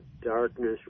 darkness